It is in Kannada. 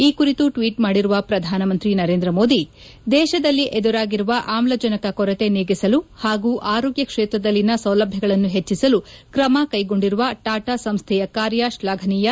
ಈ ಕುರಿತು ಟ್ವೀಟ್ ಮಾಡಿರುವ ಪ್ರಧಾನಮಂತ್ರಿ ನರೇಂದ್ರ ಮೋದಿ ದೇಶದಲ್ಲಿ ಎದುರಾಗಿರುವ ಆಮ್ಲಜನಕ ಕೊರತೆ ನೀಗಿಸಲು ಪಾಗೂ ಆರೋಗ್ಯ ಕ್ಷೇತ್ರದಲ್ಲಿನ ಸೌಲಭ್ಯಗಳನ್ನು ಹೆಚ್ಚಿಸಲು ಕ್ರಮ ಕೈಗೊಂಡಿರುವ ಟಾಟಾ ಸಂಸೈಯ ಕಾರ್ಯ ಶ್ಲಾಘನೀಯ